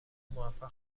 موفق